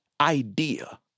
idea